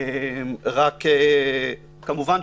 כמובן,